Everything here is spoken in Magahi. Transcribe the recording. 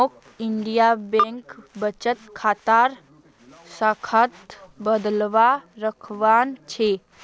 मौक इंडियन बैंक बचत खातार शाखात बदलाव करवाना छ